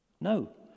no